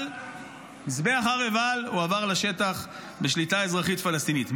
אבל מזבח הר עיבל הועבר לשטח בשליטה אזרחית פלסטינית.